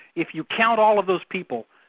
if you count all of those people,